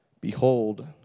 Behold